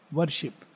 worship